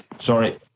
Sorry